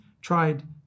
tried